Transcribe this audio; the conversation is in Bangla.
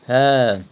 হ্যাঁ